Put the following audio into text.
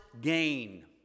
gain